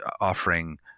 offering